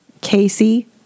Casey